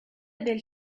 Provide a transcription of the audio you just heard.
del